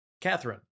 Catherine